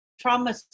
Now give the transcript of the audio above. trauma